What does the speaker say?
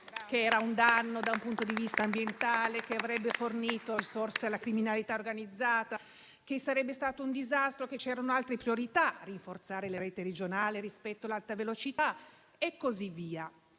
che era un danno dal punto di vista ambientale; che avrebbe fornito risorse alla criminalità organizzata; che sarebbe stato un disastro; che c'erano altre priorità, come rafforzare la rete regionale rispetto all'alta velocità, e così via,